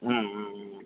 ம் ம் ம்